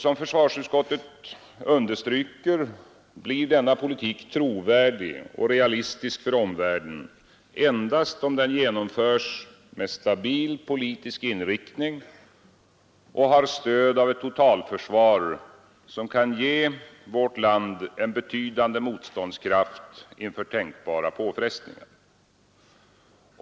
Som försvarsutskottet understryker blir denna politik trovärdig och realistisk för omvärlden endast om den genomförs med stabil politisk inriktning och har stöd av ett totalförsvar, som kan ge vårt land en betydande motståndskraft inför tänkbara påfrestningar.